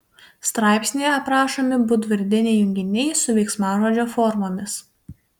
straipsnyje aprašomi būdvardiniai junginiai su veiksmažodžio formomis